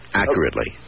accurately